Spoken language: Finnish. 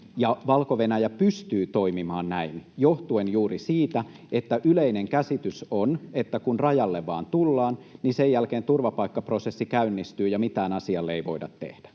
Valko-Venäjä pystyy toimimaan näin johtuen juuri siitä, että yleinen käsitys on, että kun rajalle vain tullaan, niin sen jälkeen turvapaikkaprosessi käynnistyy ja mitään asialle ei voida tehdä.